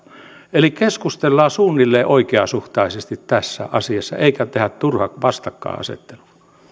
eli keskustellaan suunnilleen oikeasuhtaisesti tässä asiassa eikä tehdä turhaa vastakkainasettelua